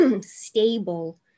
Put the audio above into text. stable